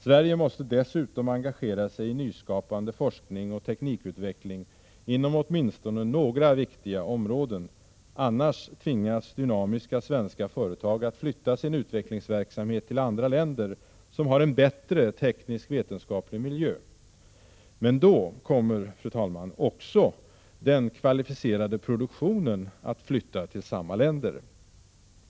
Sverige måste dessutom engagera sig i nyskapande forskning och teknikutveckling inom åtminstone några viktiga områden. Annars tvingas dynamiska svenska företag att flytta sin utvecklingsverksamhet till andra länder som har en bättre teknisk-vetenskaplig miljö. Men då, fru talman, kommer också den kvalificerade produktionen att flytta till samma länder.